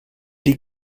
die